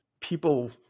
people